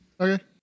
Okay